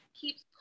keeps